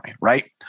right